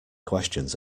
questions